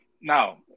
now